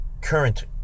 current